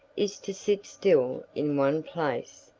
is to sit still in one place,